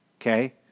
okay